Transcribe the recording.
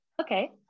okay